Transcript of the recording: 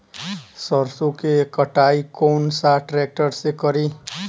सरसों के कटाई कौन सा ट्रैक्टर से करी?